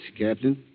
Captain